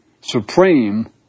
supreme